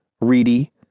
reedy